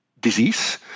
disease